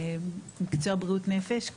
זה מקצוע בריאות נפש,